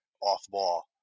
off-ball